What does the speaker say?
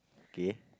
okay